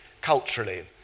culturally